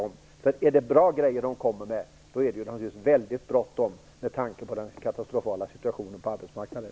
Om det är bra förslag som de har att komma med, är det naturligtvis mycket bråttom med tanke på den katastrofala situationen på arbetsmarknaden.